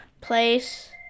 place